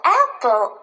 apple